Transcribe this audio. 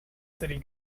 city